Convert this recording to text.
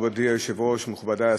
מכובדי היושב-ראש, מכובדי השרים,